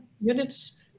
units